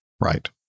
Right